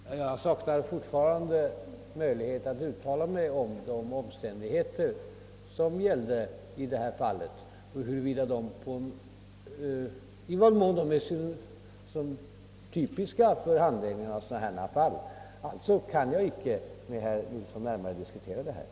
Herr talman! Jag saknar fortfarande möjlighet att uttala mig om i vad mån omständigheterna i detta fall är typiska för handläggningen. Alltså kan jag icke med herr Nilsson i Gävle närmare diskutera denna fråga.